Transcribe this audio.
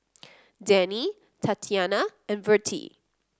Denny Tatyanna and Vertie